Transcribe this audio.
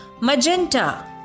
Magenta